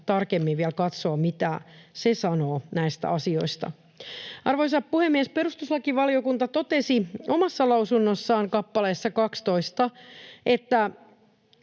tarkemmin vielä katsoa, mitä perustuslakivaliokunta sanoo näistä asioista. Arvoisa puhemies! Perustuslakivaliokunta totesi omassa lausunnossaan kappaleessa 12, ettei